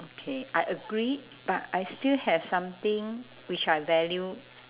okay I agree but I still have something which I value